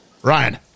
Ryan